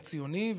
הציוני,